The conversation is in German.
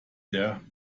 der